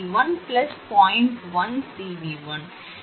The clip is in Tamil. எனவே நீங்கள் P Q R